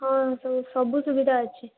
ହଁ ସବୁ ସବୁ ସୁବିଧା ଅଛି